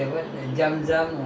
singapura restaurant